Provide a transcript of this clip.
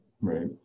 Right